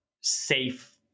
safe